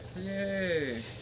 yay